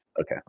Okay